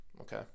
Okay